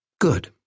Good